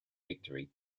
victory